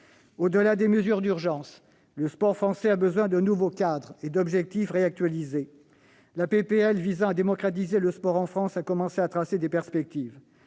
Au-delà des mesures d'urgence, le sport français a besoin d'un nouveau cadre et d'objectifs réactualisés. La proposition de loi visant à démocratiser le sport en France a commencé à tracer des perspectives.